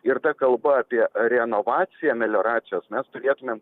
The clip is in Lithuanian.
ir ta kalba apie renovaciją melioracijos mes turėtumėm